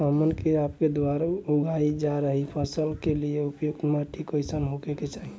हमन के आपके द्वारा उगाई जा रही फसल के लिए उपयुक्त माटी कईसन होय के चाहीं?